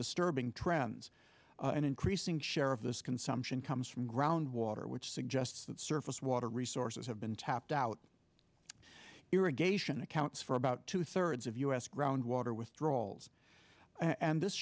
disturbing trends and increasing share of this consumption comes from groundwater which suggests that surface water resources have been tapped out irrigation accounts for about two thirds of us groundwater withdrawals and this